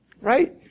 Right